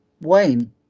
Wayne